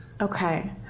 Okay